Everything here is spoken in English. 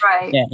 Right